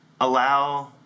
Allow